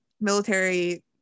military